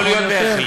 יכול להיות בהחלט.